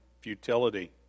futility